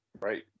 right